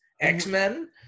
X-Men